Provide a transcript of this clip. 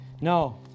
No